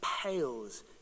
pales